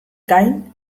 gain